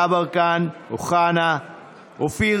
אופיר